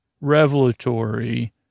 revelatory